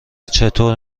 چطور